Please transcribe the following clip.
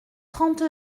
trente